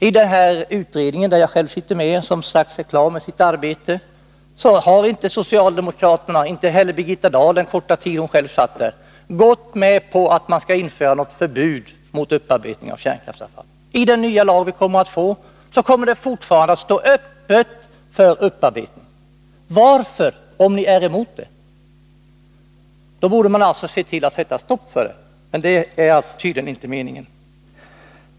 I den utredning som jag själv sitter med i och som strax är klar med sitt arbete har inte socialdemokraterna — och inte heller Birgitta Dahl under den korta tid då hon själv var ledamot — gått med på att något förbud mot upparbetning av kärnkraftsavfall skall införas. I den nya lagen kommer det fortfarande att stå öppet för upparbetning. Varför, om ni är emot det? Då borde ni se till att sätta stopp för den, men det är tydligen inte meningen.